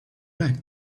like